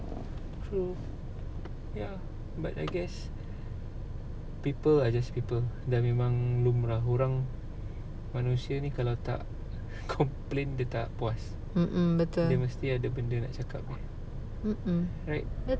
mm mm betul mm mm